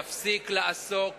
יפסיק לעסוק